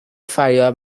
فریاد